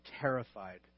terrified